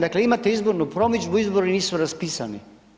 Dakle, imate izbornu promidžbu, izbori nisu raspisani.